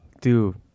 Dude